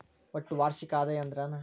ಒಟ್ಟ ವಾರ್ಷಿಕ ಆದಾಯ ಅಂದ್ರೆನ?